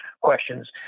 questions